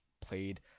played